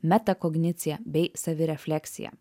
metakognicija bei savirefleksija